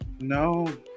No